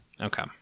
Okay